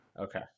Okay